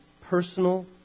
personal